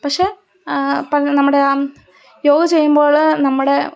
പക്ഷെ ഇപ്പോള് നമ്മുടെ യോഗ ചെയ്യുമ്പോള് നമ്മുടെ